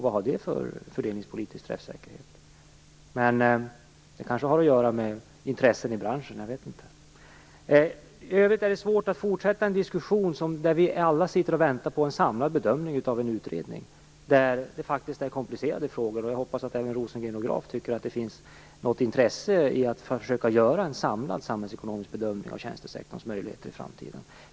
Vad har det för fördelningspolitisk träffsäkerhet? Men det kanske har att göra med intressen i branschen, vad vet jag. I övrigt är det svårt att fortsätta en diskussion när vi alla sitter och väntar på en samlad bedömning av en utredning. Det är faktiskt komplicerade frågor. Jag hoppas att även Carl Fredrik Graf och Per Rosengren har något intresse i att försöka göra en samlad samhällsekonomisk bedömning av tjänstesektorns möjligheter i framtiden.